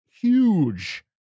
huge